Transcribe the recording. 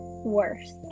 worse